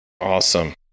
awesome